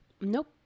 Nope